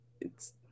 it's-